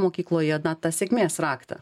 mokykloje na tą sėkmės raktą